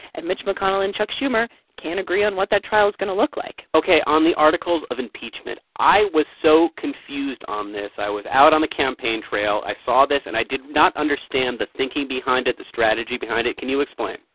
and mitch mcconnell and chuck schumer can't agree on what that trial's going to look like ok, on the articles of impeachment, i was so confused on this. i was out on the campaign trail. i saw this, and i did not understand the thinking behind it, the strategy behind it. can you explain?